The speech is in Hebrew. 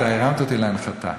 אתה הרמת לי להנחתה.